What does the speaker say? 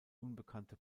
unbekannte